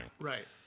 right